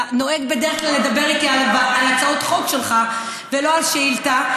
אתה נוהג בדרך כלל לדבר איתי על הצעות חוק שלך ולא על שאילתה.